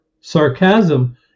sarcasm